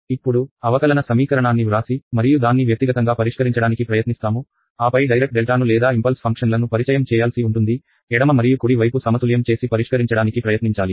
ఇప్పుడు అవకలన సమీకరణాన్ని వ్రాసి మరియు దాన్ని వ్యక్తిగతంగా పరిష్కరించడానికి ప్రయత్నిస్తాము ఆపై డైరక్ డెల్టాను లేదా ఇంపల్స్ ఫంక్షన్ల ను పరిచయం చేయాల్సి ఉంటుంది ఎడమ మరియు కుడి వైపు సమతుల్యం చేసి పరిష్కరించడానికి ప్రయత్నించాలి